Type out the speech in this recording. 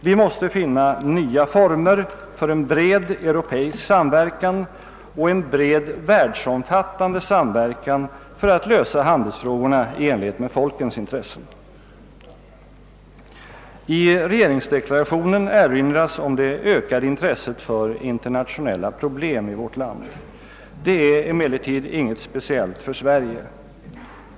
Vi måste finna nya former för en bred europeisk samverkan och en bred världsomfattande samverkan för att lösa handelsfrågorna i enlighet med folkets intresse. I regeringsdeklarationen erinras om det ökade intresset för internationella problem i vårt land. Det är emellertid inget speciellt för Sverige.